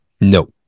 No